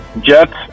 Jets